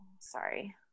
Sorry